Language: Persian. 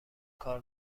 کار